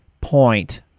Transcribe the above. point